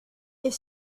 est